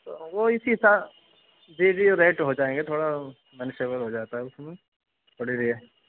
وہ اِسی سا جی جی ریٹ ہو جائیں گے تھوڑا ہمارے فیور ہو جاتا ہے اُس میں تھوڑی لیے